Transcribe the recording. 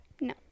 No